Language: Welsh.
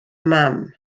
mam